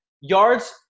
yards